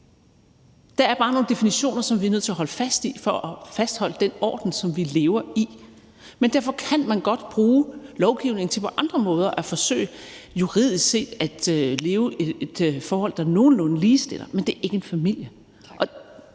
Der er bare nogle definitioner, som vi er nødt til at holde fast i for at fastholde den orden, som vi lever i. Men derfor kan man godt bruge lovgivningen til på andre måder at forsøge juridisk set at sidestille forhold, men det er ikke en familie. Kl.